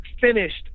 finished